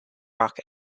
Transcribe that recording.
rock